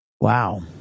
Wow